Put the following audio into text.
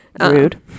rude